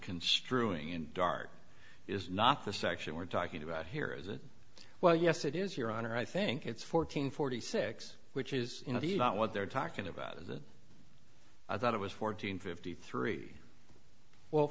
construing in dart is not the section we're talking about here is it well yes it is your honor i think it's fourteen forty six which is you know the not what they're talking about is that i thought it was fourteen fifty three well